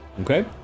okay